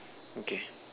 okay